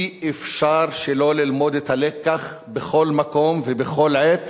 אי-אפשר שלא ללמוד את הלקח בכל מקום ובכל עת,